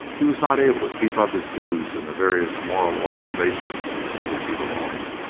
he was not able to keep up his dues in the various moral organizations to which he belonged,